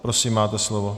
Prosím, máte slovo.